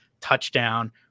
touchdown